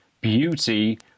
beauty